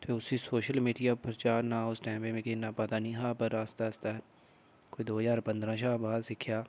ते उस्सी social media उप्पर चाढ़ना उस टाईम उप्पर मिगी इन्ना पता नीं हा पर आस्तै आस्तै कोई दो हजार पंदरां शा बाद च सिक्खेआ